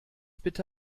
bitte